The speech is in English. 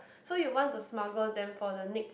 so you want to smuggle them for the next